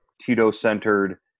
Tito-centered